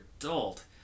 adult